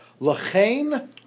Lachain